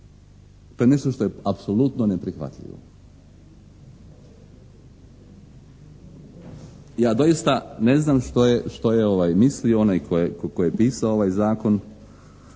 to je nešto što je apsolutno neprihvatljivo. Ja doista ne znam što je mislio onaj tko je pisao ovaj zakon.